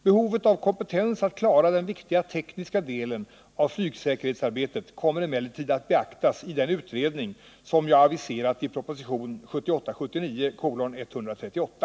Behovet av kompetens att klara den viktiga tekniska delen av flygsäkerhetsarbetet kommer emellertid att beaktas i den utredning som jag aviserat i propositionen 1978/79:138.